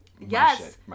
Yes